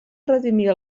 redimir